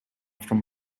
from